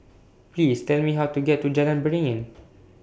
Please Tell Me How to get to Jalan Beringin